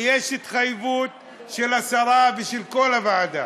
ויש התחייבות של השרה ושל כל הוועדה.